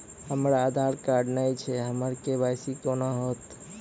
हमरा आधार कार्ड नई छै हमर के.वाई.सी कोना हैत?